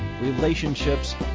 relationships